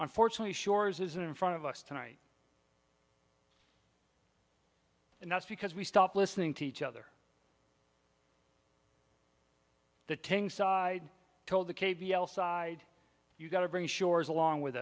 unfortunately shore's isn't in front of us tonight and that's because we stopped listening to each other the ting side told the k b l side you've got to bring shores along with